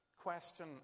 question